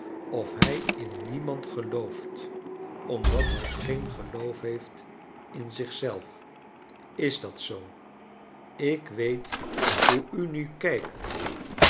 of hij in niemand gelooft omdat hij geen geloof heeft in zich zelf is dat zoo ik weet hoe u nu kijkt